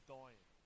dying